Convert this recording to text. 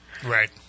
Right